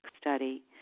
study